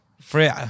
free